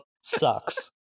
sucks